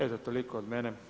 Eto toliko od mene.